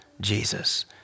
Jesus